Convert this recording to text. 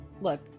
Look